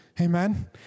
Amen